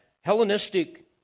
Hellenistic